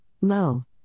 Low